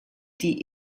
die